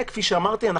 וכפי שאמרתי,